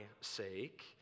sake